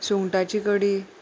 सुंगटाची कडी